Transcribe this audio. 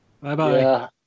Bye-bye